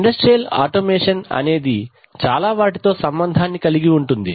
industrial automation అనేది చాలా వాటితో సంబంధాన్ని కలిగి ఉంటుంది